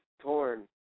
torn